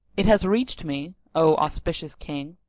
it hath reached me, o auspicious king,